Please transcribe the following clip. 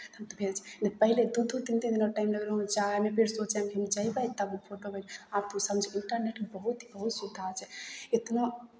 हम तऽ भेज नहि तऽ पहिले दू दू तीन तीन दिन ओकरामे टाइम लगैत रहय ओकरा जायमे फेर सोचयमे हम जेबै तब ओ फोटो आब इंटरनेटमे बहुत ही बहुत ही सुविधा छै इतना